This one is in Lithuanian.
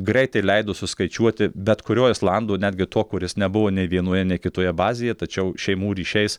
greitai leido suskaičiuoti bet kurio islando netgi to kuris nebuvo nei vienoje nei kitoje bazėje tačiau šeimų ryšiais